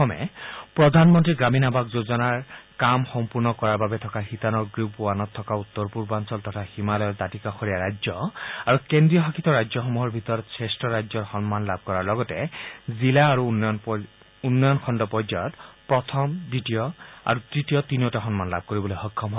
অসমে প্ৰধানমন্ত্ৰী গ্ৰামীণ আৱাস যোজনাৰ কাম সম্পূৰ্ণ কৰাৰ বাবে থকা শিতানৰ গ্ৰুপ ৱানত থকা উত্তৰ পূৰ্বাঞ্চল তথা হিমালয়ৰ দাঁতিকাষৰীয়া ৰাজ্য আৰু কেন্দ্ৰীয়শাসিত ৰাজ্যসমূহৰ ভিতৰত শ্ৰেষ্ঠ ৰাজ্যৰ সন্মান লাভ কৰাৰ লগতে জিলা আৰু উন্নয়ন খণ্ড পৰ্যায়ত প্ৰথম দ্বিতীয় আৰু ত্তীয় তিনিওটা সন্মান লাভ কৰিবলৈ সক্ষম হয়